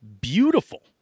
beautiful